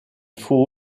faut